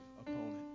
opponent